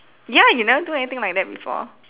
ya you never do anything like that before